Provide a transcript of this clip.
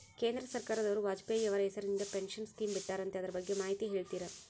ಕೇಂದ್ರ ಸರ್ಕಾರದವರು ವಾಜಪೇಯಿ ಅವರ ಹೆಸರಿಂದ ಪೆನ್ಶನ್ ಸ್ಕೇಮ್ ಬಿಟ್ಟಾರಂತೆ ಅದರ ಬಗ್ಗೆ ಮಾಹಿತಿ ಹೇಳ್ತೇರಾ?